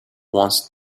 once